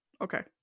okay